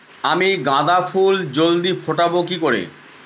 আমি গাঁদা ফুল জলদি ফোটাবো কি করে?